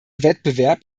wettbewerb